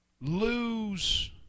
lose